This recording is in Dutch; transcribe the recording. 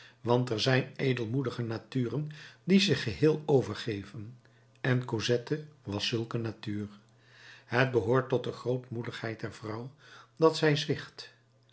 want er zijn edelmoedige naturen die zich geheel overgeven en cosette was zulk een natuur het behoort tot de grootmoedigheid der vrouw dat zij zwicht